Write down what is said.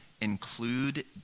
include